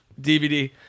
dvd